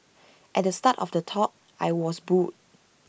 at the start of the talk I was booed